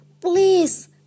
please